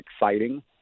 exciting